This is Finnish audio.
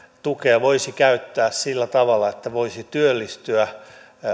tukea voisi käyttää sillä tavalla että voisi työllistyä